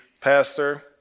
Pastor